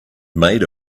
made